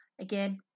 Again